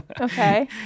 Okay